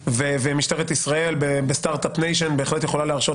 ומשטרת ישראל בסטרט-אפ ניישן בהחלט יכולה להרשות